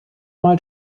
mal